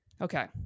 Okay